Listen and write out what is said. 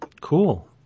Cool